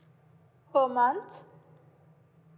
per month